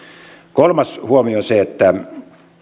kolmas huomio on se että